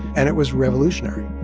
and it was revolutionary